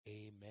amen